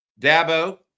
Dabo